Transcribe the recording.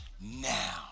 now